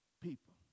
people